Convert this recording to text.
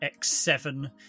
X7